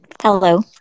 Hello